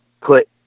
put